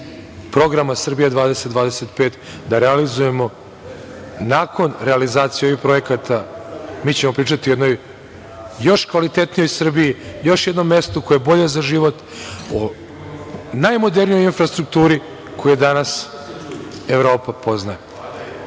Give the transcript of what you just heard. programa „Srbija 20-25“ da realizujemo. Nakon realizacije ovih projekata mi ćemo pričati o jednoj još kvalitetnijoj Srbiji, još jednom mestu koje je bolje za život, najmodernijoj infrastrukturi koju danas Evropa